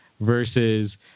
versus